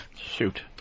Shoot